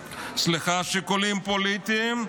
שיקולים פוליטיים,